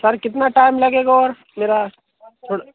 sir कितना time लगेगा और मेरा फुल